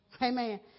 Amen